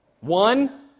One